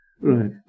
Right